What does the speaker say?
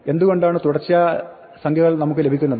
എന്തുകൊണ്ടാണ് തുടർച്ചയായ സംഖ്യകൾ നമുക്ക് ലഭിക്കുന്നത്